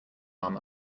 arm